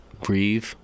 breathe